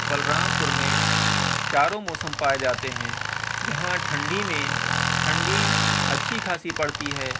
بلرام پور میں چاروں موسم پائے جاتے ہیں یہاں ٹھنڈی میں ٹھنڈی اچھی خاصی پڑتی ہے